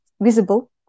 visible